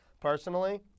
Personally